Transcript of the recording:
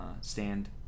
stand